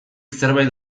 zerbait